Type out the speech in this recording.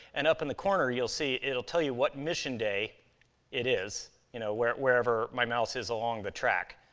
and up in the corner, you'll see it'll tell you what mission day it is, you know, wherever my mouse is along the track.